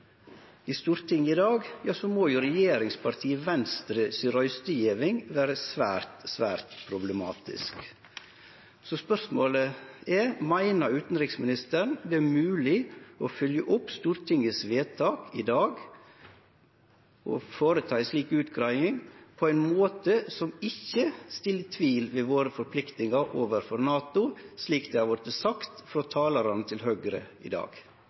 i Stortinget i dag, må regjeringspartiet Venstres røystegjeving vere svært, svært problematisk. Spørsmålet er: Meiner utanriksministeren at det er mogleg å følgje opp Stortingets vedtak i dag og gjere ei slik utgreiing på ein måte som ikkje reiser tvil om våre forpliktingar overfor NATO, slik det har vorte sagt av talarane frå Høgre i dag?